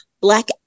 black